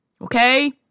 okay